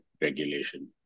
regulation